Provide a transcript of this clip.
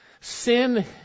Sin